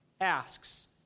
asks